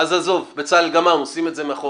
עזוב, בצלאל, גמרנו, שים את זה מאחור.